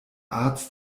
arzt